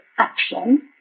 action